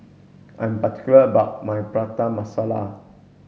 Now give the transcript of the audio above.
I'm particular about my Prata Masala